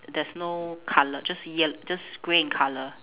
there's no colour just yel~ just grey in colour